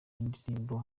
indirimbo